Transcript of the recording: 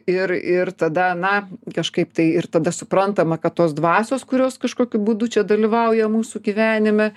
ir ir tada na kažkaip tai ir tada suprantama kad tos dvasios kurios kažkokiu būdu čia dalyvauja mūsų gyvenime